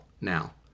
now